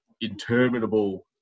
interminable